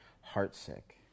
heartsick